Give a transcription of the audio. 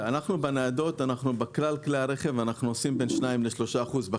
בניידות בכלל כלי הרכב אנחנו עושים בין 2 ל-3 אחוזים.